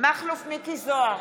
מכלוף מיקי זוהר,